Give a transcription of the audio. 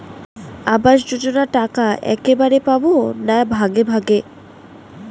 আবাস যোজনা টাকা একবারে পাব না ভাগে ভাগে?